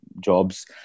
jobs